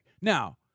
Now